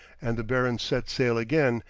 and the baron set sail again,